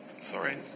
Sorry